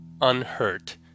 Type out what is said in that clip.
unhurt